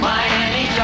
Miami